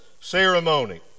ceremony